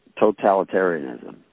totalitarianism